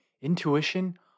intuition